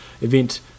event